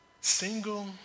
single